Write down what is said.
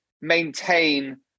maintain